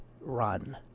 run